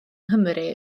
nghymru